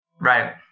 Right